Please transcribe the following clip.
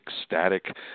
ecstatic